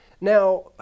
Now